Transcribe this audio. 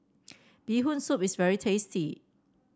Bee Hoon Soup is very tasty